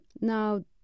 now